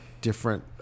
different